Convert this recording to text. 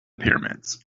pyramids